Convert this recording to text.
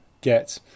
get